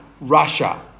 Russia